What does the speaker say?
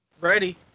Ready